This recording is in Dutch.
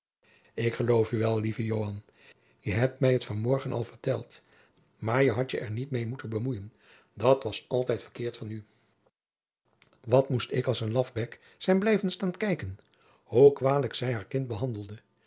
ik geloof u wel lieve joan je hebt het mij van morgen al verteld maar je had je er niet meê moeten bemoeien dat was altijd verkeerd van u wat moest ik als een lafbek zijn blijven staan kijken hoe kwalijk zij haar kind behandelde